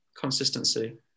consistency